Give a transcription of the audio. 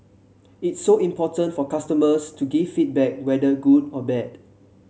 it's so important for customers to give feedback whether good or bad